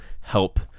help